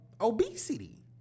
obesity